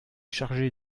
chargée